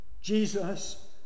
Jesus